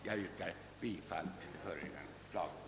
Jag yrkar bifall till det föreliggande förslaget.